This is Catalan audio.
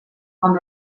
com